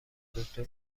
دکتر